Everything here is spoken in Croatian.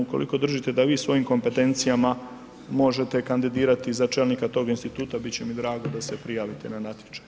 Ukoliko držite da vi svojim kompetencijama možete kandidirati za čelnika tog instituta, bit će mi drago da se prijavite na natječaj.